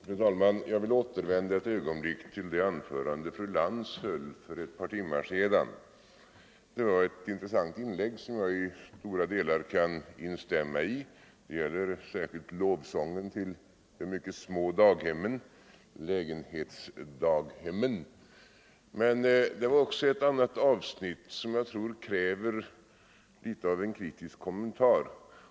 Fru talman! Jag vill återvända ett ögonblick till det anförande som fru Lantz höll för ett par timmar sedan. Det var ett intressant inlägg som jag i stora delar kan instämma i; det gäller särskilt lovsången till de mycket små daghemmen, lägenhetsdaghemmen. Men det var också ett avsnitt som jag tror kräver litet av en kritisk kommentar.